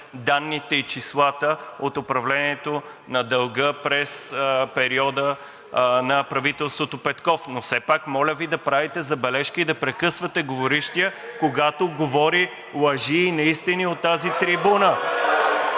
данните и числата от управлението на дълга през периода на правителството Петков, но все пак моля Ви да правите забележки и да прекъсвате говорещия, когато говори лъжи и неистини от тази трибуна.